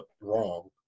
wrong